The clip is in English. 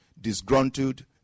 disgruntled